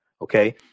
okay